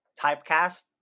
Typecast